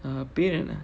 err பேர் என்ன:per enna